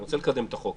אני רוצה לקדם את החוק.